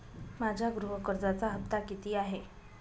माझ्या गृह कर्जाचा हफ्ता किती आहे?